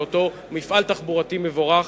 באותו מפעל תחבורתי מבורך.